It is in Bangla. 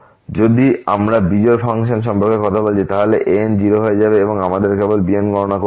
যদি আমরা বিজোড় ফাংশন সম্পর্কে কথা বলছি তাহলে an 0 হয়ে যাবে এবং আমাদের কেবল bn গণনা করতে হবে